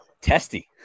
Testy